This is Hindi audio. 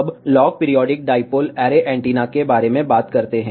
अब log periodic dipole array antenna के बारे में बात करते हैं